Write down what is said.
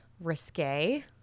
risque